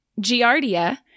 giardia